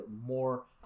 more